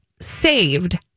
saved